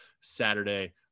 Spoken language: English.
Saturday